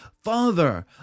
Father